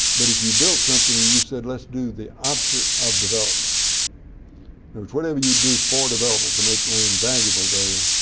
but if you built something and you said let's do the opposite of development and whatever you do for development to make land valuable there,